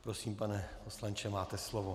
Prosím, pane poslanče, máte slovo.